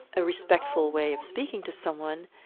a respectful way of speaking to someone,